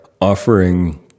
offering